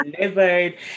delivered